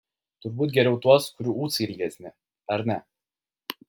turbūt geriau tuos kurių ūsai ilgesni ar ne